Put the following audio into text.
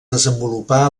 desenvolupà